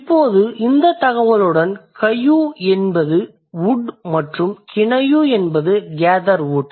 இப்போது இந்த தகவலுடன் Kayu என்பது wood மற்றும் Kinayu என்பது gather wood